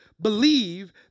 Believe